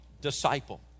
disciple